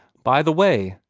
by the way,